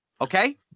Okay